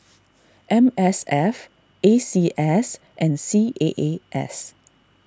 M S F A C S and C A A S